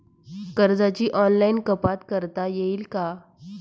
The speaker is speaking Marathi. कर्जाची ऑनलाईन कपात करता येईल का?